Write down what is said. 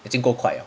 已经够快了